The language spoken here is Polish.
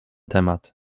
temat